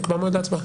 נקבע מועד להצבעה.